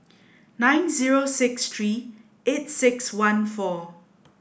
nine six three eight six one four